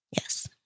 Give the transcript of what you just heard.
Yes